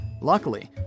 Luckily